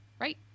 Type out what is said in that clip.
right